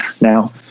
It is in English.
now